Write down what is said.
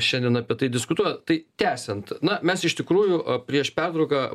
šiandien apie tai diskutuoja tai tęsiant na mes iš tikrųjų a prieš pertrauką